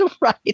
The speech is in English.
Right